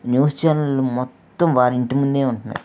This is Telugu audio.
న్యూస్ ఛానల్ మొత్తం వారి ఇంటి ముందే ఉంటున్నాయి